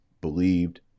believed